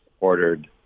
ordered